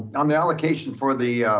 on the allocation for the,